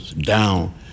down